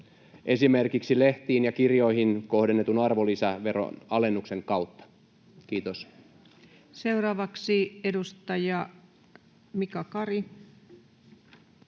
esimerkiksi lehtiin ja kirjoihin kohdennetun arvonlisäveroalennuksen kautta? — Kiitos. Seuraavaksi edustaja Mika Kari.